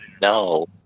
no